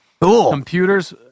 computers